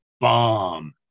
bomb